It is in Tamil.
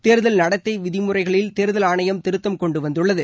தேர்தல் நடத்தை விதிமுறைகளில் தேர்தல் ஆணையம் திருத்தம் கொண்டு வந்துள்ளது